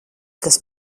kas